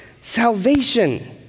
Salvation